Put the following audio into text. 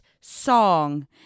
song